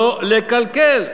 לא לקלקל.